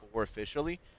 officially